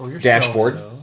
dashboard